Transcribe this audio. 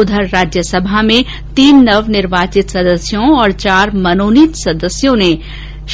उधर राज्यसभा में तीन नवनिर्वाचित सदस्यों और चार मनोनीत सदस्यों ने